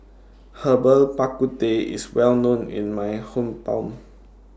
Herbal Bak Ku Teh IS Well known in My Hometown